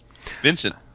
Vincent